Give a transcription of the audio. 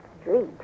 street